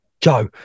Joe